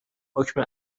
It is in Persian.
حکم